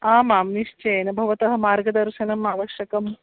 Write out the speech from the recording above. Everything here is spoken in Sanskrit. आमां निश्चयेन भवतः मार्गदर्शनम् आवश्यकं